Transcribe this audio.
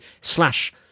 slash